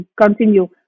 continue